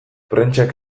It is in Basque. prentsak